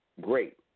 Great